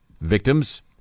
victims